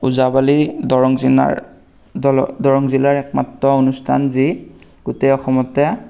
ওজাপালি দৰং জিলাৰ একমাত্ৰ অনুষ্ঠান যি গোটেই অসমতে